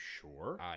sure